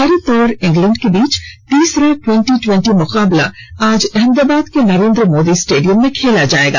भारत और इंग्लैंड के बीच तीसरा ट्वेंटी ट्वेंटी मुकाबला आज अहमदाबाद के नरेन्द्र मोदी स्टेडियम में खेला जाएगा